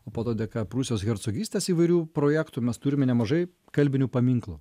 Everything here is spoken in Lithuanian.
o po to dėka prūsijos hercogystės įvairių projektų mes turime nemažai kalbinių paminklų